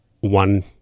one